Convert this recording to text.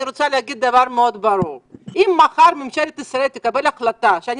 אני רוצה להגיד דבר מאוד ברור: אם מחר ממשלת ישראל תקבל החלטה שאני